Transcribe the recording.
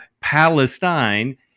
Palestine